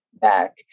back